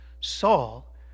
Saul